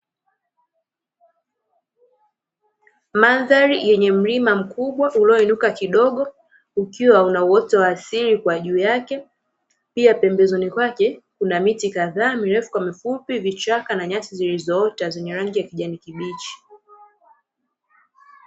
Mandhari yenye mlima mkubwa ulioinuka kidogo ukiwa na uoto wa asili kwa juu yake, pia pembezoni kwake kuna miti kadhaa mirefu kwa mifupi, vichaka na nyasi zilizoota zenye rangi ya kijani kibichi.